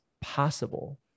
possible